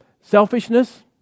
selfishness